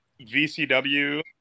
VCW